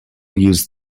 used